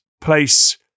place